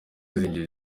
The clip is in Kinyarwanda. zinjira